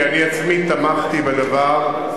כי אני עצמי תמכתי בדבר,